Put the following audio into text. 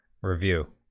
review